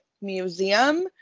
museum